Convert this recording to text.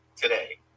today